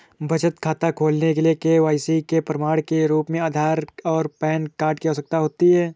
बचत खाता खोलने के लिए के.वाई.सी के प्रमाण के रूप में आधार और पैन कार्ड की आवश्यकता होती है